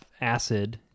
acid